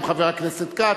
גם חבר הכנסת כץ.